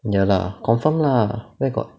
ya lah confirm lah where got